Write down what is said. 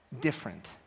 different